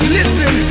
Listen